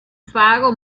faro